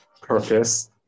purpose